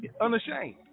unashamed